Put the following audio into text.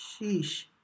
sheesh